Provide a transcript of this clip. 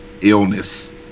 illness